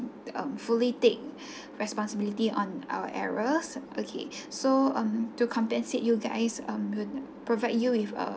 um fully take responsibility on our errors okay so um to compensate you guys um we'll provide you with um